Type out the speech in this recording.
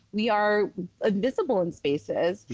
we are invisible in spaces.